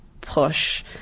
push